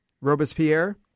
Robespierre